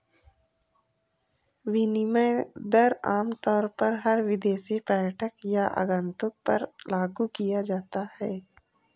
विनिमय दर आमतौर पर हर विदेशी पर्यटक या आगन्तुक पर लागू किया जाता है